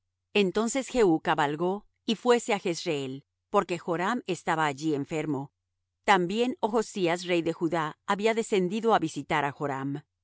entonces jehú cabalgó y fuése á jezreel porque joram estaba allí enfermo también ochzías rey de judá había descendido á visitar á joram